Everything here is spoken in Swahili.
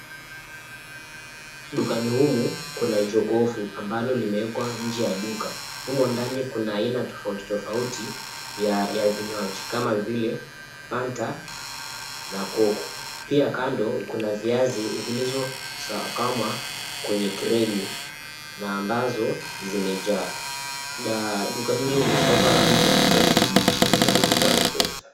Dukani humu kuna jokofu ambalo limewekwa nje ya duka. Humo ndani kuna aina tofauti tofauti ya vinywaji kama vile fanta na [cp]Coke[cp] pia kando kuna viazi vilivyosakamwa kwenye krini na ambazo zimejaa. Duka hili limepakwa rangi ya kijani kibichi lililoandikwa [cp] Mpesa[cp].